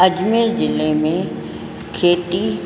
अजमेर ज़िले में खेती